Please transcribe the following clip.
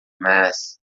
mass